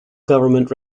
government